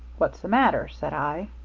what's the matter said i.